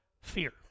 fear